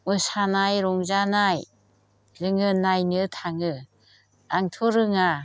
मोसानाय रंजानाय जोङो नायनो थाङो आंथ' रोङा